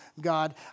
God